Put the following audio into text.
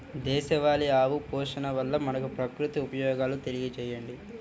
దేశవాళీ ఆవు పోషణ వల్ల మనకు, ప్రకృతికి ఉపయోగాలు తెలియచేయండి?